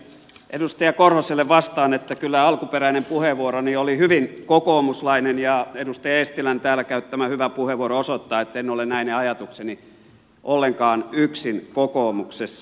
edustaja korhoselle vastaan että kyllä alkuperäinen puheenvuoroni oli hyvin kokoomuslainen ja edustaja eestilän täällä käyttämä hyvä puheenvuoro osoittaa että en ole näine ajatuksineni ollenkaan yksin kokoomuksessa